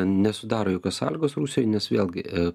nesudaro jokios sąlygos rusijoj nes vėlgi